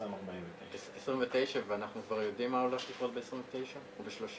2049. אנחנו כבר יודעים מה הולך לקרות ב-2029 או ב-2030?